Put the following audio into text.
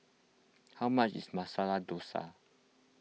how much is Masala Dosa